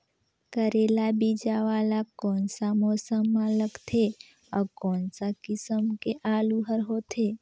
करेला बीजा वाला कोन सा मौसम म लगथे अउ कोन सा किसम के आलू हर होथे?